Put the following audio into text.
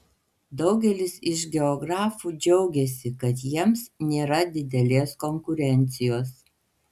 daugelis iš geografų džiaugiasi kad jiems nėra didelės konkurencijos